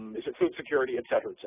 is it food security, et cetera,